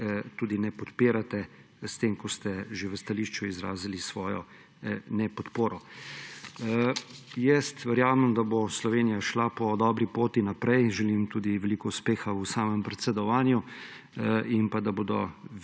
tudi ne podpirate, s tem, ko ste že v stališču izrazili svojo nepodporo. Verjamem, da bo Slovenija šla po dobri poti naprej. Želim ji tudi veliko uspeha v samem predsedovanju in da bo